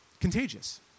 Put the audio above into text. contagious